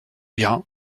bien